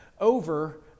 over